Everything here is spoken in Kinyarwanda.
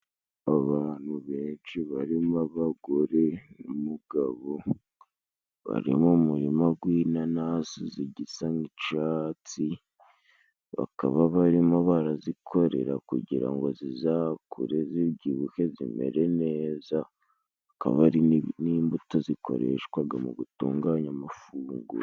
Abantu benshi barimo abagore n'umugabo, bari mu murima gw'inanasi zigisa n'icatsi, bakaba barimo barazikorera kugira ngo zizakure zibyibuhe zimere neza, hakaba hari n'imbuto zikoreshwaga mu gutunganya amafunguro.